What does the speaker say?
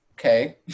okay